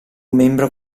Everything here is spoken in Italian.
membro